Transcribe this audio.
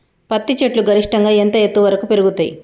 పత్తి చెట్లు గరిష్టంగా ఎంత ఎత్తు వరకు పెరుగుతయ్?